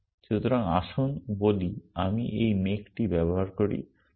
সুতরাং আসুন বলি আমি এই মেক টি ব্যবহার করি